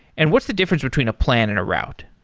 and what's the difference between a plan and a route?